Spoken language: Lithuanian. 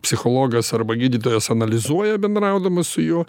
psichologas arba gydytojas analizuoja bendraudamas su juo